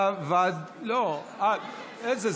לא, איזה?